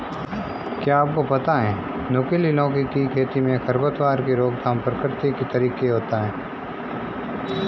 क्या आपको पता है नुकीली लौकी की खेती में खरपतवार की रोकथाम प्रकृतिक तरीके होता है?